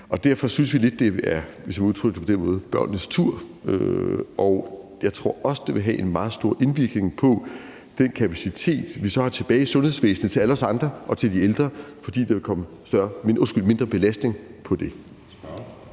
udtrykke det på den måde, børnenes tur. Jeg tror også, det vil have en meget stor indvirkning på den kapacitet, vi så har tilbage i sundhedsvæsenet, til alle os andre og til de ældre, fordi der vil komme mindre belastning på den.